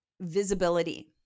visibility